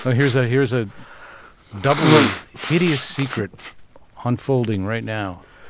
ah here's ah here's a doubly hideous secret unfolding right now,